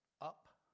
up